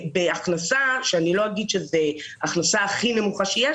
בהכנסה שאני לא אומר שהיא הכנסה הכי נמוכה שיש,